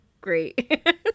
great